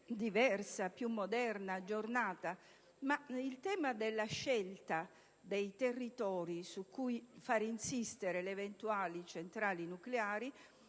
diversa, più moderna, aggiornata, quanto piuttosto sul tema della scelta dei territori su cui fare insistere le eventuali centrali nucleari,